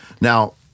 Now